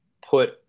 put